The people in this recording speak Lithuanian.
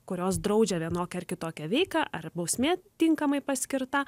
kurios draudžia vienokią ar kitokią veiką ar bausmė tinkamai paskirta